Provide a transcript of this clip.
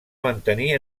mantenir